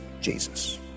Jesus